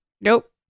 Nope